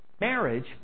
marriage